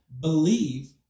believe